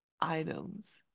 items